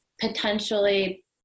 potentially